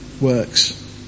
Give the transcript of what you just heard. works